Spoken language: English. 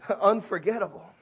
Unforgettable